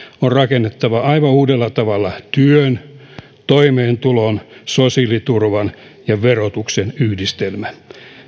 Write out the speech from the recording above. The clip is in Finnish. on rakennettava aivan uudella tavalla työn toimeentulon sosiaaliturvan ja verotuksen yhdistelmä